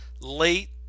late